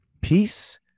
Peace